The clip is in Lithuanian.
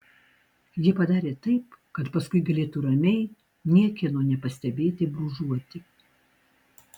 jie padarė taip kad paskui galėtų ramiai niekieno nepastebėti brūžuoti